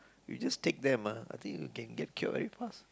you just take them ah I think you can get cured very fast